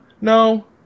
No